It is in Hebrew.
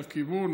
לכיוון,